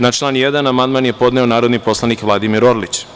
Na član 1. amandman je podneo narodni poslanik Vladimir Orlić.